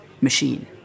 machine